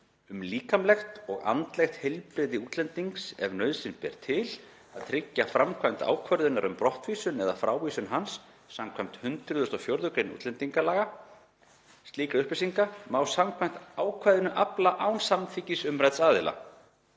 um líkamlegt og andlegt heilbrigði útlendings ef nauðsyn ber til að tryggja framkvæmd ákvörðunar um brottvísun eða frávísun hans skv. 104. gr. útl. Slíkra upplýsinga má, samkvæmt ákvæðinu, afla án samþykkis umrædds aðila.